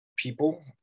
people